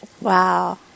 Wow